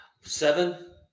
Seven